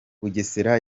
bugesera